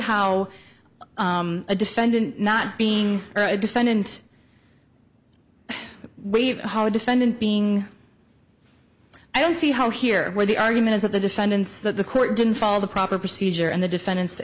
how a defendant not being a defendant waive how a defendant being i don't see how here where the argument is that the defendant's that the court didn't follow the proper procedure and the defendant's